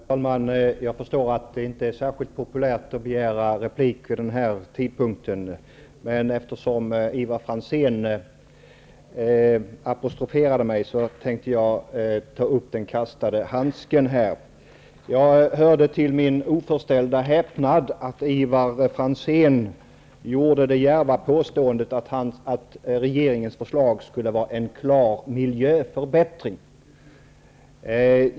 Herr talman! Jag förstår att det inte är särskilt populärt att begära replik vid den här tidpunkten, men eftersom Ivar Franzén apostroferade mig tänkte jag ta upp den kastade handsken. Jag hörde till min oförställda häpnad att Ivar Franzén gjorde det djärva påståendet att regeringens förslag skulle vara en klar miljöförbättring.